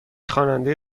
خواننده